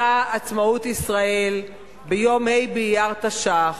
עצמאות ישראל ביום ה' באייר תש"ח,